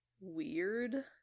weird